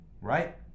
right